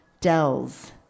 Dells